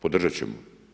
Podržati ćemo.